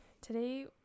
Today